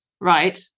right